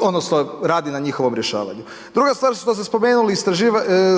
odnosno radi na njihovom rješavanju. Druga stvar što ste spomenuli,